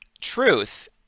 truth